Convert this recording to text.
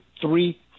three